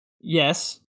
Yes